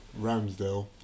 Ramsdale